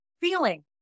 feeling